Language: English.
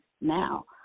now